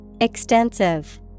Extensive